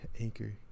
Anchor